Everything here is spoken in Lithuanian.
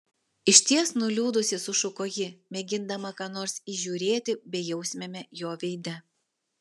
išties nuliūdusi sušuko ji mėgindama ką nors įžiūrėti bejausmiame jo veide